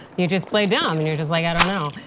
you just play dump and you're just like, i don't know.